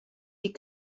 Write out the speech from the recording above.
die